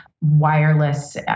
wireless